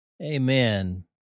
amen